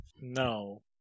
No